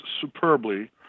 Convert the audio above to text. superbly